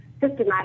systematic